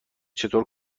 چطور